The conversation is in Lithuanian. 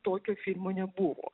tokio filmo nebuvo